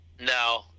No